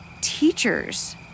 teachers